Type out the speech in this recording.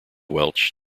welsh